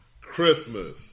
Christmas